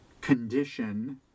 condition